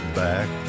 back